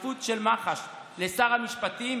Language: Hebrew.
הכפיפות של מח"ש לשר המשפטים